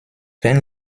wenn